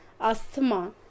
asthma